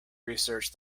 research